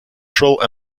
central